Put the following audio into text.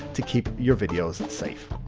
to keep your videos and safe.